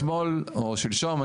אתמול או שלשום,